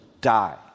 die